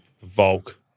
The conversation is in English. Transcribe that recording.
Volk